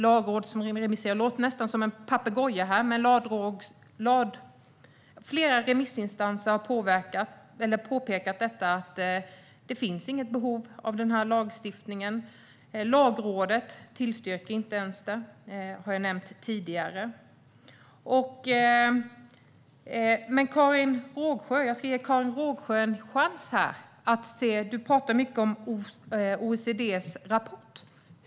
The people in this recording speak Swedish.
Jag låter nästan som en papegoja här, men flera remissinstanser har påpekat detta. Det finns inget behov av den här lagstiftningen. Lagrådet tillstyrker den inte ens. Det har jag nämnt tidigare. Men jag ska ge dig en chans, Karin Rågsjö. Du talar mycket om OECD:s rapport.